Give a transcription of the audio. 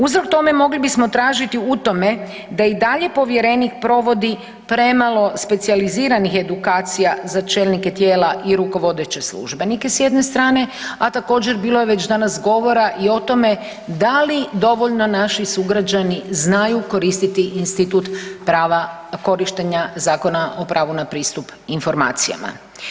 Uzrok tome mogli bismo tražiti u tome da i dalje povjerenik provodi premalo specijaliziranih edukacija za čelnika tijela i rukovodeće službenike s jedne strane, a također bilo je već danas govora i o tome da li dovoljno naši sugrađani znaju koristiti institut prava korištenja Zakona o pravu na pristup informacijama.